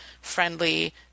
friendly